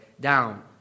down